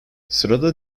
sırada